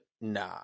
nah